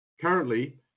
Currently